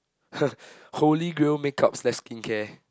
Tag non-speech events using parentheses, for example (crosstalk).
(laughs) holy grail makeup slash skincare